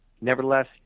Nevertheless